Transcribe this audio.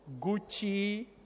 Gucci